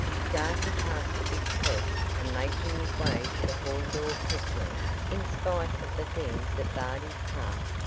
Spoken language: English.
darting past the big press, and making his way to the hall door quickly in spite of the things that barred his path,